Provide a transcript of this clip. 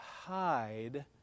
hide